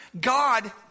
God